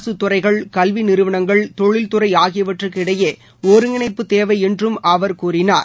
அரசுத் துறைகள் கல்வி நிறுவனங்கள் தொழில் துறை ஆகியவற்றுக்கு இடையே ஒருங்கிணைப்பு தேவை என்றும் அவர் கூறினார்